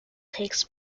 takes